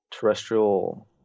terrestrial